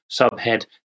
Subhead